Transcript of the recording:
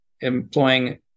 employing